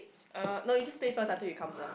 uh no you just play first until he comes ah